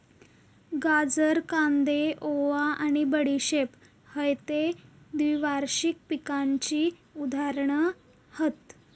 गाजर, कांदे, ओवा आणि बडीशेप हयते द्विवार्षिक पिकांची उदाहरणा हत